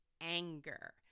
anger